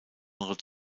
genre